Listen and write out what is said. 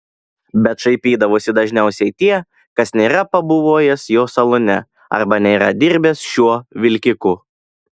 bet šaipydavosi dažniausiai tie kas nėra pabuvojęs jo salone arba nėra dirbęs šiuo vilkiku